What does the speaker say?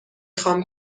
خوام